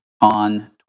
on